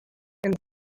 and